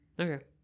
okay